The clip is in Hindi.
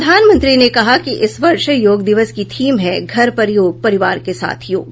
प्रधानमंत्री ने कहा कि इस वर्ष योग दिवस की थीम है घर पर योग परिवार के साथ योग